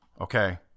okay